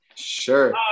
Sure